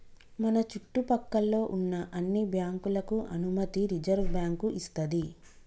మన చుట్టు పక్కల్లో ఉన్న అన్ని బ్యాంకులకు అనుమతి రిజర్వుబ్యాంకు ఇస్తది